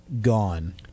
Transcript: gone